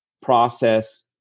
process